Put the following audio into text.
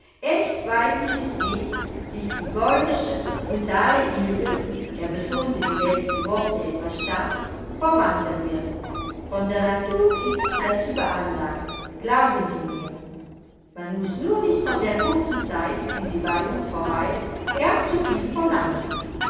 echt weibliches wesen sich die bäurische brutale ilse er betonte die letzten worte etwas stark verwandeln wird von der natur ist sie dazu beanlagt glauben sie mir man muß nur nicht von der kurzen zeit die sie bei uns verweilt gar zu viel verlangen